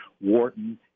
Wharton